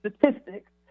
statistics